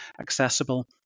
accessible